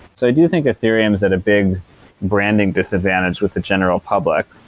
so i do think ethereum's at a big branding disadvantage with the general public.